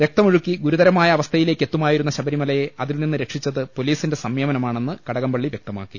രക്തം ഒഴുക്കി ഗുരുതരമായ അവസ്ഥയിലേക്ക് എത്തുമായിരുന്ന ശബ രിമലയെ അതിൽ നിന്ന് രക്ഷിച്ചത് പൊലീസിന്റെ സംയമ നമാണെന്ന് കടകംപള്ളി വ്യക്തമാക്കി